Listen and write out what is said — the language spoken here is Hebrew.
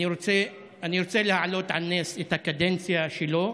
אני רוצה להעלות על נס את הקדנציה שלו.